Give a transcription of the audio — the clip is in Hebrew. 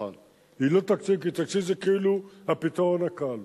היא לא תקציב, כי תקציב זה כאילו הפתרון הקל.